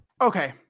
Okay